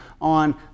on